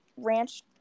ranch